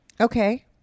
Okay